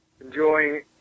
enjoying